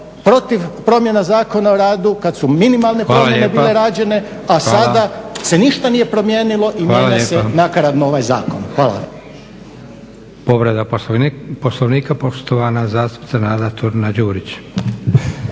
protiv promjena Zakona o radu, kad su minimalne promjene bile rađene a sada se ništa nije promijenilo i mijenja se nakaradno ovaj zakon. Hvala.